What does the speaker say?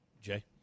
Jay